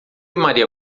maria